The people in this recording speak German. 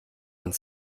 und